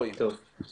להוסיף